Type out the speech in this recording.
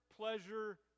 pleasure